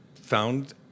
found